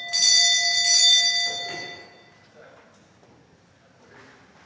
Tak